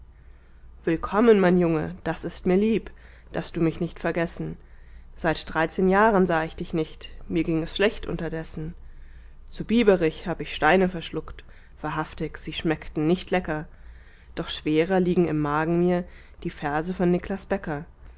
willkommen mein junge das ist mir lieb daß du mich nicht vergessen seit dreizehn jahren sah ich dich nicht mir ging es schlecht unterdessen zu biberich hab ich steine verschluckt wahrhaftig sie schmeckten nicht lecker doch schwerer liegen im magen mir die verse von niklas